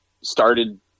started